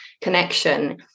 connection